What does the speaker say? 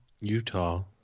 Utah